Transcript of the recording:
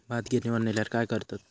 भात गिर्निवर नेल्यार काय करतत?